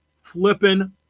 flipping